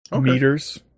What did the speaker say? Meters